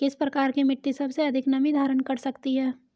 किस प्रकार की मिट्टी सबसे अधिक नमी धारण कर सकती है?